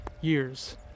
years